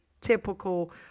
typical